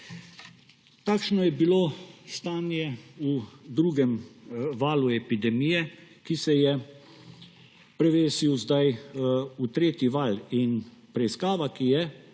Takšno je bilo stanje v drugem valu epidemije, ki se je zdaj prevesil v tretji val. Preiskava, ki je